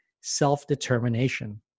self-determination